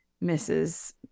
misses